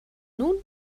nun